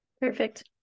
Perfect